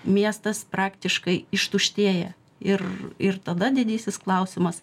miestas praktiškai ištuštėja ir ir tada didysis klausimas